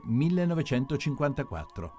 1954